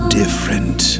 different